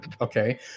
okay